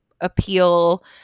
appeal